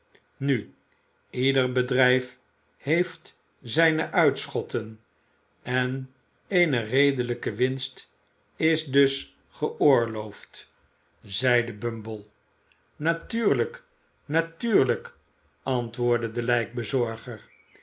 nu ieder bedrijf heeft zijne uitschotten en eene redelijke winst is dus geoorloofd zeide bumble natuurlijk natuurlijk antwoordde de